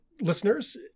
listeners